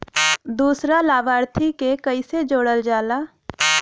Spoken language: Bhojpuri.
दूसरा लाभार्थी के कैसे जोड़ल जाला?